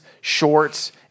shorts